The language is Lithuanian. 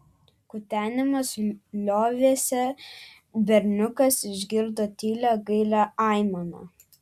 kutenimas liovėsi berniukas išgirdo tylią gailią aimaną